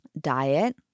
diet